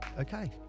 okay